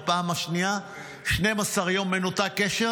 בפעם השנייה 12 יום מנותק קשר.